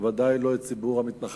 בוודאי לא את ציבור המתנחלים,